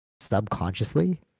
subconsciously